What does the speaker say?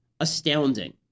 Astounding